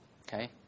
Okay